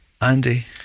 Andy